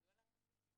כידוע לך,